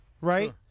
right